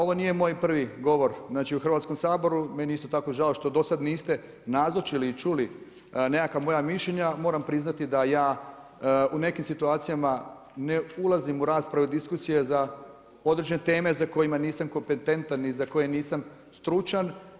Ovo nije moj prvi govor u Hrvatskom saboru. meni je isto tako žao što do sada niste nazočili i čuli nekakva moja mišljenja, moram priznati da ja u nekim situacijama ne ulazim u rasprave i diskusije za određene teme za koje nisam kompetentan i za koje nisam stručan.